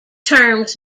terms